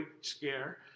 scare